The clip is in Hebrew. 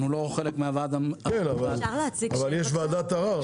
אנחנו לא חלק מהוועד --- אבל יש ועדת ערר.